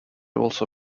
also